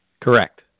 correct